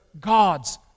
God's